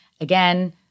Again